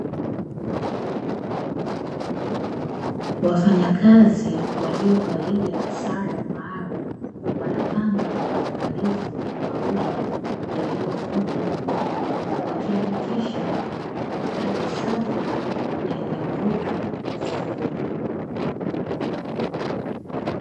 Wafanyakazi waliovalia sare maalumu, wanapanga kwa uangalifu maua yaliyovunwa, wakihakikisha yanabaki safi na yenye mvuto sokoni.